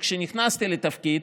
כשנכנסתי לתפקיד